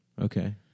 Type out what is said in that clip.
Okay